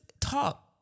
talk